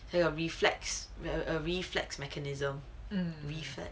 their reflex a a reflex mechanism reflex